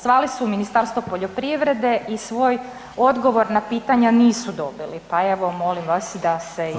Zvali su Ministarstvo poljoprivrede i svoj odgovor na pitanja nisu dobili, pa evo, molim vas da se ... Hvala.